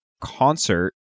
Concert